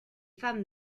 femmes